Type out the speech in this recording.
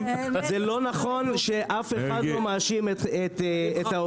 זה לא נכון שאף אחד לא מאשים את עובדים.